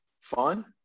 fun